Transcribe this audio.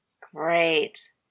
Great